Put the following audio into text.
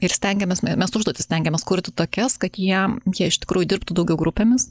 ir stengiamės m mes užduotis stengiamės kurti tokias kad jie jie iš tikrųjų dirbtų daugiau grupėmis